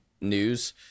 news